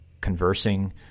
conversing